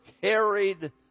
carried